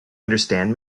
understand